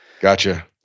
gotcha